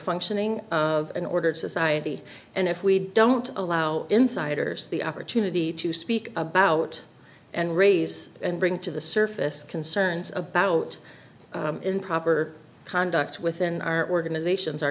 functioning of an ordered society and if we don't allow insiders the opportunity to speak about and raise and bring to the surface concerns about improper conduct within our organizations